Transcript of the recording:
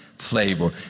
flavor